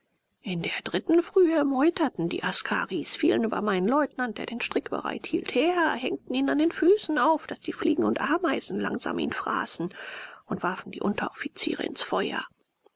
in der dritten frühe meuterten die askaris fielen über meinen leutnant der den strick bereit hielt her hängten ihn an den füßen auf daß die fliegen und ameisen langsam ihn fräßen und warfen die unteroffiziere ins feuer